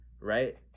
right